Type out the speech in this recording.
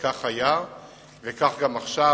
וכך היה וכך גם עכשיו,